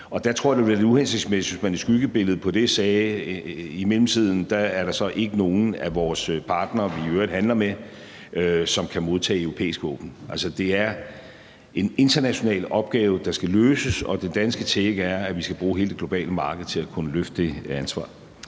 Der tror jeg, at det ville være lidt uhensigtsmæssigt, hvis man i skyggebilledet på det sagde, at i mellemtiden er der så ikke nogle af vores partnere, vi i øvrigt handler med, som kan modtage europæiske våben. Altså, det er en international opgave, der skal løses, og det danske take er, at vi skal bruge hele det globale marked til at kunne løfte det ansvar.